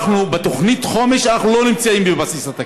בתוכנית החומש אנחנו לא נמצאים בבסיס התקציב.